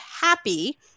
HAPPY